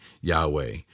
Yahweh